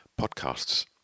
podcasts